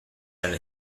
and